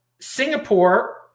Singapore